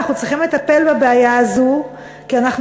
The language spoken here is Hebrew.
אנחנו צריכים לטפל בבעיה הזאת כי אנחנו